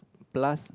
plus